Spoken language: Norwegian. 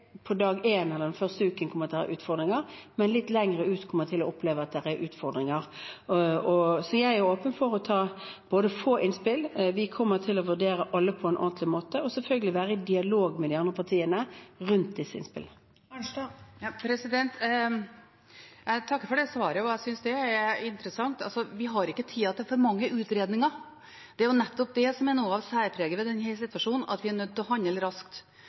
å ha utfordringer, men som litt lenger ute kommer til å oppleve det. Så jeg er åpen for å få innspill. Vi kommer til å vurdere alle på en ordentlig måte og selvfølgelig være i dialog med de andre partiene om disse innspillene. Marit Arnstad – til oppfølgingsspørsmål. Jeg takker for det svaret, og jeg synes det er interessant. Vi har ikke tid til for mange utredninger. Det er nettopp det som er noe av særpreget ved denne situasjonen, at vi er nødt til å handle raskt,